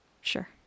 Sure